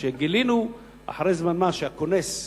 כשגילינו אחרי זמן מה שהכונס,